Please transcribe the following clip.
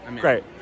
Great